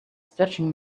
stretching